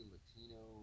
Latino